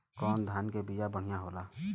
कौन धान के बिया बढ़ियां होला?